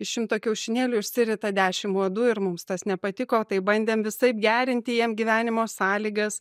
iš šimto kiaušinėlių išsirita dešim uodų ir mums tas nepatiko tai bandėm visaip gerinti jiem gyvenimo sąlygas